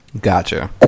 gotcha